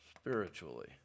spiritually